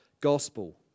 gospel